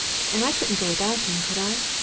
and i couldn't go without him, could i?